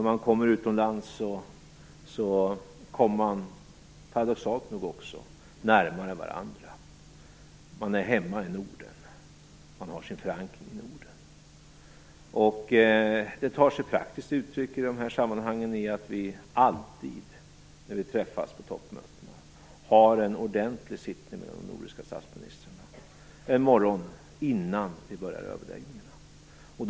När man kommer utomlands kommer man paradoxalt nog också närmare varandra. Man är hemma i Norden. Man har sin förankring i Norden. Det tar sig i dessa sammanhang praktiskt uttryck i att vi alltid när vi träffas på toppmötena har en ordentlig sittning med de nordiska statsministrarna på morgonen innan vi börjar överläggningarna.